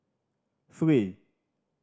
three